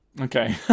Okay